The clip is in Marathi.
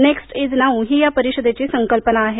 नेक्स्ट इज नाऊ ही या परिषदेची संकल्पना आहे